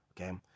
okay